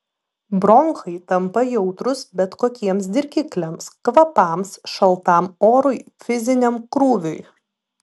bronchai tampa jautrūs bet kokiems dirgikliams kvapams šaltam orui fiziniam krūviui